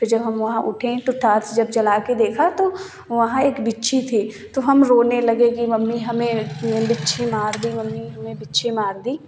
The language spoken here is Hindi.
फिर जब हम वहाँ उठे तो टॉर्च जला के देखा तो वहाँ एक बिच्छू था तो हम रोने लगे कि मम्मी हमें बिच्छू मार दी मम्मी हमें बिच्छू मार दी